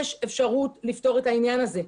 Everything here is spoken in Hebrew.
יש אפשרות לפתור את העניין הזה.